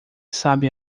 sabe